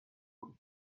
بود